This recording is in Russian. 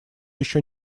ещё